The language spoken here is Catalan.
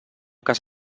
cas